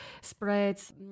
spreads